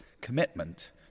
commitment